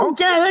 Okay